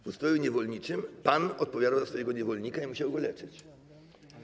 W ustroju niewolniczym pan odpowiadał za swojego niewolnika i musiał go leczyć.